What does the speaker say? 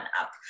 up